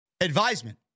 advisement